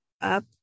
up